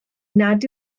nad